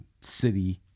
city